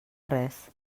res